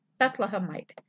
Bethlehemite